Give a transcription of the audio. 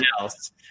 else